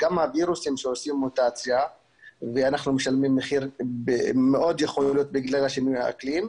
הווירוסים עושים מוטציה ואנחנו משלמים מחיר בגלל שינויי האקלים.